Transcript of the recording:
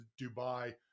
Dubai